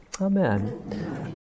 amen